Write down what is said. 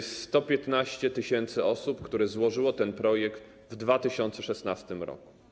115 tys. osób złożyło ten projekt w 2016 r.